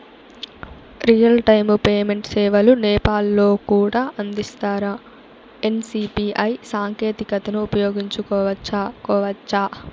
Real time payment సేవలు నేపాల్ లో కూడా అందిస్తారా? ఎన్.సి.పి.ఐ సాంకేతికతను ఉపయోగించుకోవచ్చా కోవచ్చా?